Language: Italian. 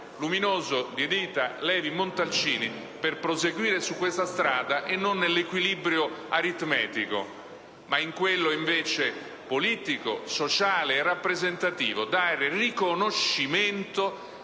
luminoso di Rita Levi-Montalcini per proseguire su questa strada dando, non nell'equilibrio aritmetico ma in quello politico, sociale e rappresentativo, riconoscimento